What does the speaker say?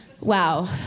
wow